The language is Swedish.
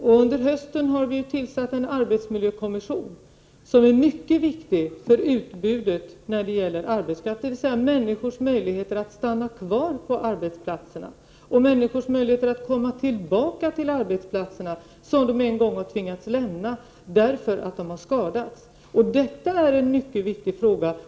Och under hösten har vi tillsatt en arbetsmiljökommission, som är mycket viktig när det gäller utbudet av arbetskraft, dvs. när det gäller människors möjligheter att stanna kvar på arbetsplatserna och människors möjligheter att komma tillbaka till arbetsplatser som de en gång har tvingats lämna därför att de har skadats. Detta är alltså en mycket viktig fråga.